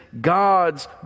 God's